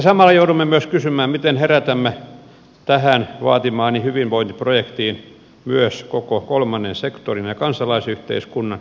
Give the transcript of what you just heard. samalla joudumme myös kysymään miten herätämme tähän vaatimaani hyvinvointiprojektiin myös koko kolmannen sektorin ja kansalaisyhteiskunnan